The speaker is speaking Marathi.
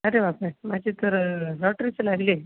अरे बापरे माझी तर लॉटरीच लागली आहे